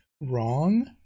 wrong